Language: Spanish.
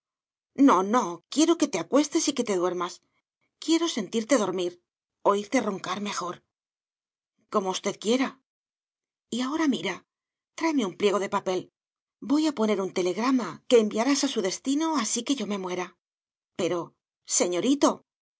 no no quiero que te acuestes y que te duermas quiero sentirte dormir oírte roncar mejor como usted quiera y ahora mira tráeme un pliego de papel voy a poner un telegrama que enviarás a su destino así que yo me muera pero señorito